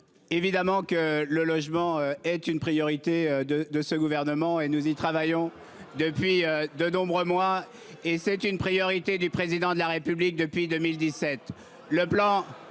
Évidemment que le logement est une priorité de ce gouvernement et nous y travaillons depuis de nombreux mois et c'est une priorité du président de la République depuis 2017.